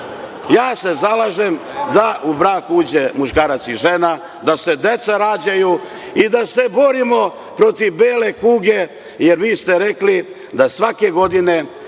se zalažem da u brak uđe muškarac i žena, da se deca rađaju i da se borimo protiv bele kuge, jer vi ste rekli da svake godine